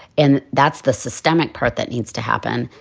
and that's the systemic part that needs to happen.